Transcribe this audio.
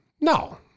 No